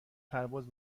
پرواز